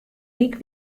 ryk